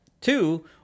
Two